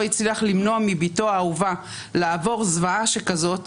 הצליח למנוע מבתו האהובה לעבור זוועה שכזאת,